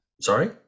sorry